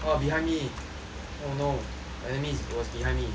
oh no enemy is was behind me